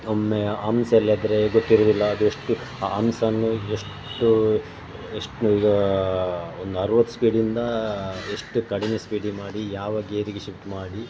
ಒಮ್ಮೆ ಅಮ್ಸ್ ಎಲ್ಲ ಇದ್ದರೆ ಗೊತ್ತಿರುವುದಿಲ್ಲ ಅದು ಎಷ್ಟು ಅಮ್ಸನ್ನು ಎಷ್ಟು ಎಷ್ಟು ಈಗ ಒಂದು ಅರವತ್ತು ಸ್ಪೀಡಿಂದ ಎಷ್ಟು ಕಡಿಮೆ ಸ್ಪೀಡಿಗೆ ಮಾಡಿ ಯಾವ ಗೇರಿಗೆ ಶಿಫ್ಟ್ ಮಾಡಿ